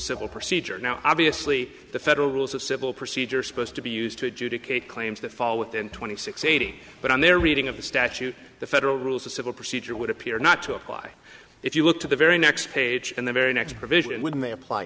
civil procedure now obviously the federal rules of civil procedure supposed to be used to adjudicate claims that fall within twenty six eighty but on their reading of the statute the federal rules of civil procedure would appear not to apply if you look to the very next page and there next provision when they apply